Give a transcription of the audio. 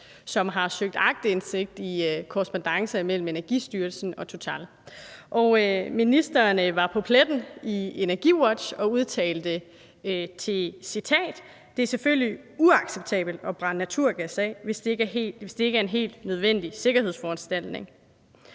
som har søgt aktindsigt i korrespondancer mellem Energistyrelsen og Total. Og ministeren var på pletten i EnergiWatch og udtalte til citat: »Det er selvfølgelig uacceptabelt at brænde naturgas af, hvis det ikke er en helt nødvendig sikkerhedsforanstaltning.«